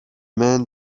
man